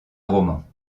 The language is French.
romans